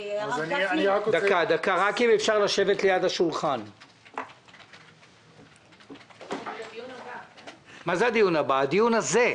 כדאי שתהיי בדיון הזה.